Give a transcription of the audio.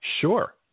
Sure